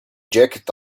jacket